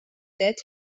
that